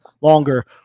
longer